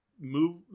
move